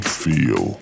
feel